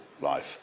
life